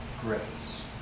grace